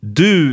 du